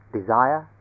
Desire